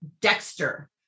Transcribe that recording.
Dexter